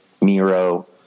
Miro